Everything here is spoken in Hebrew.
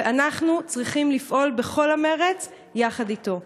ואנחנו צריכים לפעול בכל המרץ יחד אתו.